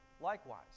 likewise